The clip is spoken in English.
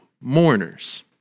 mourners